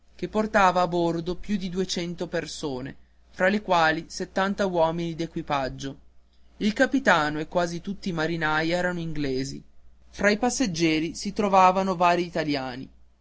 che portava a bordo più di duecento persone fra le quali settanta uomini d'equipaggio il capitano e quasi tutti i marinai erano inglesi fra i passeggeri si trovavano vari italiani